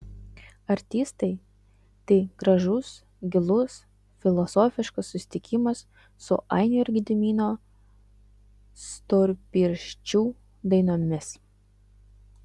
artistai tai gražus gilus filosofiškas susitikimas su ainio ir gedimino storpirščių dainomis